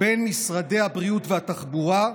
בין משרדי הבריאות והתחבורה.